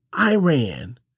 Iran